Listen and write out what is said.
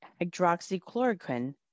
hydroxychloroquine